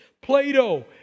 Plato